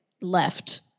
left